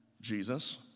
Jesus